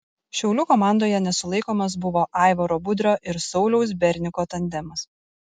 šiaulių komandoje nesulaikomas buvo aivaro budrio ir sauliaus berniko tandemas